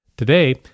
Today